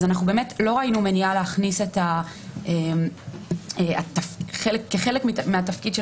אנחנו באמת לא ראינו מניעה להכניס כחלק מהתפקיד של